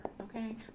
okay